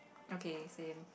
okay same